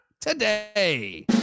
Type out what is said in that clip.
today